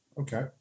Okay